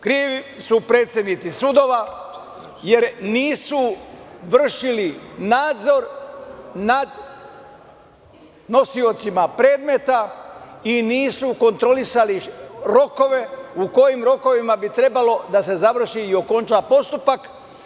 Krivi su predsednici sudova, jer nisu vršili nadzor nad nosiocima predmeta i nisu kontrolisali rokove, u kojim rokovima bi trebalo da se završi i okonča postupak.